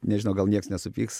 nežinau gal nieks nesupyks